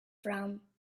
from